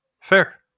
Fair